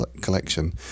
collection